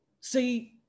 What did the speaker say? See